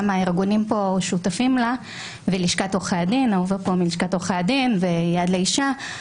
וגם הארגונים פה שותפים לה וגם לשכת עורכי הדין ויד לאישה,